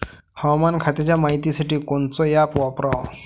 हवामान खात्याच्या मायतीसाठी कोनचं ॲप वापराव?